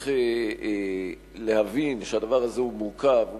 צריך להבין שהדבר הזה הוא מורכב,